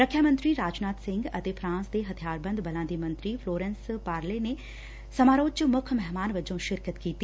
ਰੱਖਿਆ ਮੰਤਰੀ ਰਾਜਨਾਥ ਸਿੰਘ ਅਤੇ ਫਰਾਂਸ ਦੇ ਹਬਿਆਰਬੰਦ ਬਲਾਂ ਦੀ ਮੰਤਰੀ ਫਲੋਰੈਂਸ ਪਾਰਲੇ ਨੇ ਸਮਾਰੋਹ ਚ ਮੁੱਖ ਮਹਿਮਾਨ ਵਜੋ ਸ਼ਿਰਕਤ ਕੀਡੀ